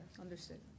Understood